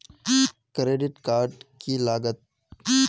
Credit card की लागत?